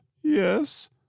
Yes